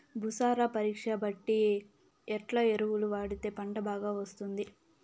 భూసార పరీక్ష బట్టి ఎట్లా ఎరువులు వాడితే పంట బాగా వస్తుంది?